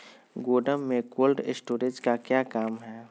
गोडम में cold storage का क्या काम है?